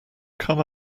come